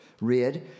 read